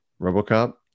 RoboCop